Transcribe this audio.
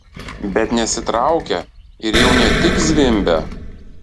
bet nesitraukia ir jau ne tik zvimbia